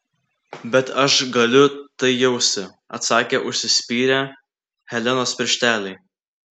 bet aš galiu tai jausti atsakė užsispyrę helenos piršteliai